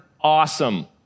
awesome